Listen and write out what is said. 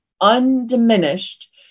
undiminished